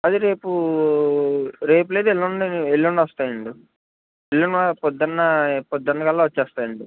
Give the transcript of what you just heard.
అదే రేపు రేపు లేదు ఎల్లుండి ఎల్లుండి వస్తాయండి ఎల్లుండి పొద్దున పొద్దున కల్లా వస్తాయండి